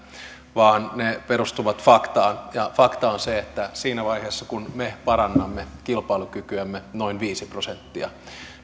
vaan ne perustuvat faktaan ja fakta on se että siinä vaiheessa kun me parannamme kilpailukykyämme noin viisi prosenttia